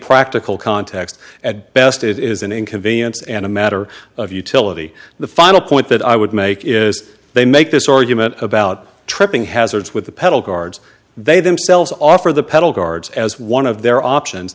practical context at best it is an inconvenience and a matter of utility the final point that i would make is they make this argument about tripping hazards with the pedal guards they themselves offer the pedal guards as one of their options